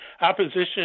opposition